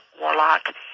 warlock